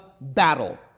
battle